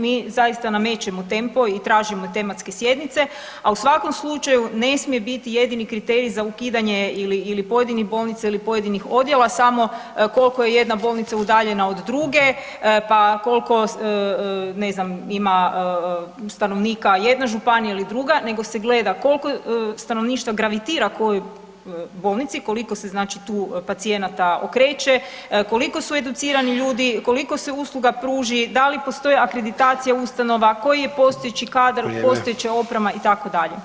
Mi zaista namećemo tempo i tražimo tematske sjednice, a u svakom slučaju ne smije biti jedini kriterij za ukidanje ili pojedinih bolnica ili pojedinih odjela samo koliko je jedna bolnica udaljena od druge, pa koliko ne znam, ima stanovnika jedna županija ili druga, nego se gleda koliko stanovništvo gravitira kojoj bolnici, koliko se znači tu pacijenata okreće, koliko su educirani ljudi, koliko se usluga pruži, da li postoje akreditacije ustanova, koji je postojeći kadar, [[Upadica Sanader: Vrijeme.]] postojeća oprema, itd.